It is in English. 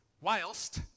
whilst